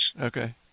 Okay